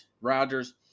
Rodgers